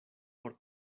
por